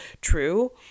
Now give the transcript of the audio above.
true